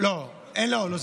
לא, לא.